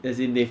as in they